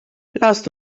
lasst